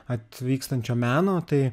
atvykstančio meno tai